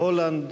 בהולנד,